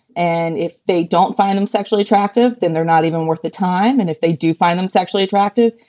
and if they don't find them sexually attractive, then they're not even worth the time. and if they do find them sexually attractive,